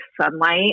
sunlight